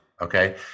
okay